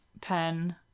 pen